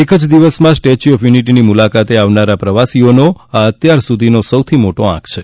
એક જ દિવસમાં સ્ટેચ્યુની મુલાકાતે આવનાર પ્રવાસીઓનો આ અત્યાર સુધીનો સૌથી મોટો આંક છે